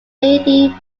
lady